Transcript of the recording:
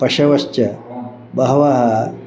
पशवश्च बहवः